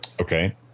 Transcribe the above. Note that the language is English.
Okay